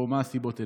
מה הסיבות לה?